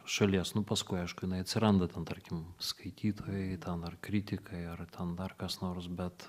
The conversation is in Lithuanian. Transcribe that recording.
šalies nu paskui aišku jinai atsiranda ten tarkim skaitytojai ten ar kritikai ar ten dar kas nors bet